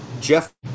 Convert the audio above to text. Jeff